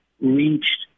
reached